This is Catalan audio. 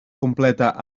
completa